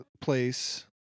place